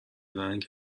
رنگ